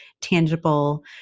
tangible